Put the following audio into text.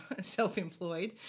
self-employed